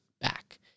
back